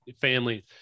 family